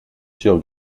sieur